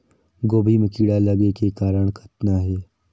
गोभी म कीड़ा लगे के कारण कतना हे?